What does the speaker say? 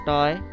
Toy